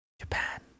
Japan